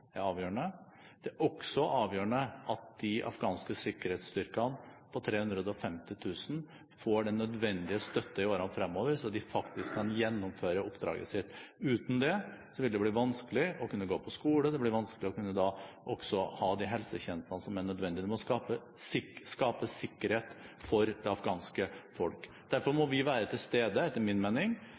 er avgjørende. Det er også avgjørende at de afghanske sikkerhetsstyrkene, på 350 000, får den nødvendige støtte i årene fremover, så de faktisk kan gjennomføre oppdraget sitt. Uten det vil det bli vanskelig å kunne gå på skole, og det blir vanskelig også å kunne ha de helsetjenestene som er nødvendig. Det må skapes sikkerhet for det afghanske folk. Derfor må vi etter min mening være til stede